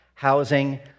housing